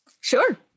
Sure